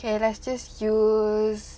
kay let's just use